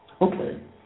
Okay